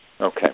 Okay